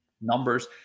numbers